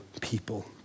people